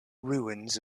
ruins